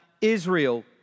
Israel